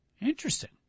Interesting